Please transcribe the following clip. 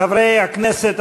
חברי הכנסת,